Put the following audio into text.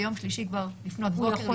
ביום שלישי כבר לפנות בוקר,